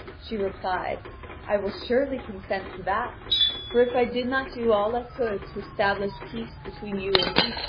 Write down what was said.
she replied i will surely consent to that for if i did not do all i could to establish peace between you and me,